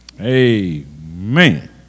Amen